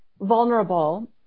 vulnerable